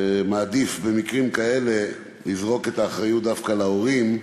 מעדיף במקרים כאלה לזרוק את האחריות דווקא על ההורים,